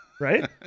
Right